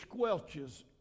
squelches